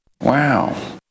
Wow